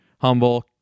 humble